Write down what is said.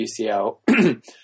UCL